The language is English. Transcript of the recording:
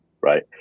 right